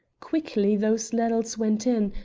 quickly those ladles went in,